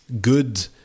good